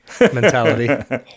mentality